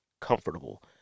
comfortable